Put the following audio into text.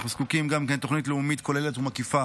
אנחנו זקוקים גם לתוכנית לאומית כוללת ומקיפה